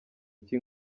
iki